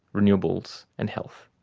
renewables, and health.